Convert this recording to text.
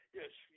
Yes